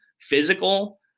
physical